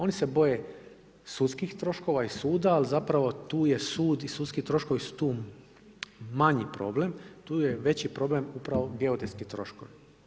Oni se boje sudskih troškova i suda, ali zapravo tu je sud i sudski troškovi su tu manji problem, tu je veći problem upravo geodetski troškovi.